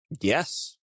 Yes